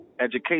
education